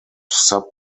sub